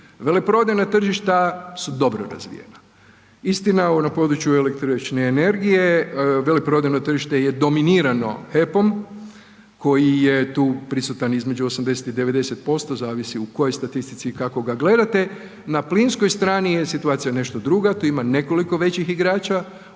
Veleprodajna tržišta su dobro razvijena, istina na području električne energije veleprodajno tržište je dominirano HEP-om koji je tu prisutan između 80 i 90% zavisi u kojoj statistici i kako ga gledate, na plinskoj strani je situacija nešto druga, tu ima nekoliko većih igrača,